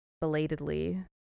belatedly